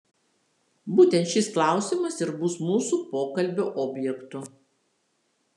būtent šis klausimas ir bus mūsų pokalbio objektu